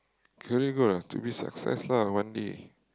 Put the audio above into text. career goal ah to be success ah one day